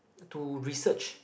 to research